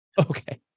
okay